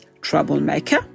troublemaker